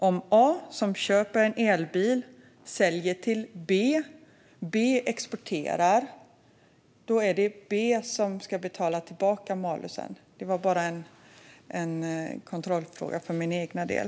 Om A, som köper en elbil, säljer till B och B exporterar - är det då alltså B som ska betala tillbaka malusdelen? Det var bara en kontrollfråga för min egen del.